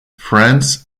france